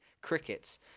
crickets